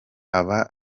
aba